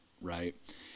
right